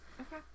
Okay